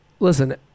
Listen